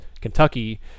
Kentucky